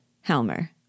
Helmer